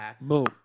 Boom